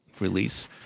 release